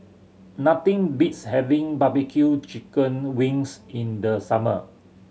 nothing beats having barbecue chicken wings in the summer